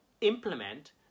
implement